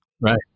Right